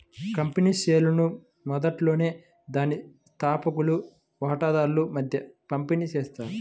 company షేర్లను మొదట్లోనే దాని స్థాపకులు వాటాదారుల మధ్య పంపిణీ చేస్తారు